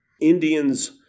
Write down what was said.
Indians